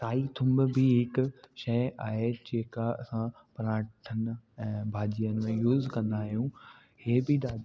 साई थूम भी हिक शइ आहे जेका असां पराठनि ऐं भाॼीयुनि में यूस कंदा आहियूं ई बि ॾाढी